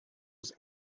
was